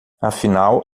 afinal